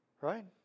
right